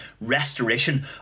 restoration